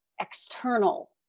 external